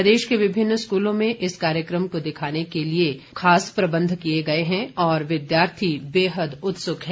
प्रदेश के विभिन्न स्कूलों में इस कार्यक्रमों को दिखाने के प्रबंध किए गए हैं और विद्यार्थी बेहद उत्सुक हैं